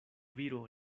viro